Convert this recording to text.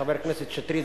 חבר הכנסת שטרית,